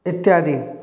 इत्यादि